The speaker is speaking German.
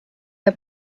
der